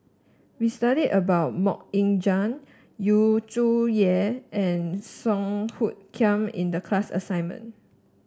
we studied about MoK Ying Jang Yu Zhuye and Song Hoot Kiam in the class assignment